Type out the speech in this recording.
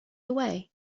away